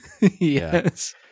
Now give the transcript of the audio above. Yes